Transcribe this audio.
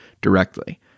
directly